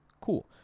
Cool